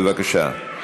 בבקשה.